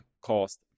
cost